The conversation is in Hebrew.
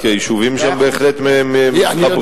כי היישובים שם בהחלט מתחברים.